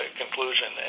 conclusion